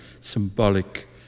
symbolic